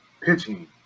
pitching